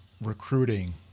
recruiting